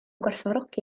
gwerthfawrogi